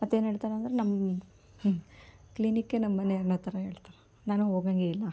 ಮತ್ತು ಏನು ಹೇಳ್ತಾರಂದ್ರ್ ನಮ್ಮ ಹ್ಞೂ ಕ್ಲಿನಿಕ್ಕೇ ನಮ್ಮ ಮನೆ ಅನ್ನೋಥರ ಹೇಳ್ತಾರೆ ನಾನು ಹೋಗೋಂಗೇ ಇಲ್ಲ